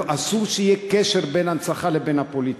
אסור שיהיה קשר בין הנצחה לבין הפוליטיקה.